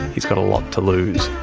he's got a lot to lose.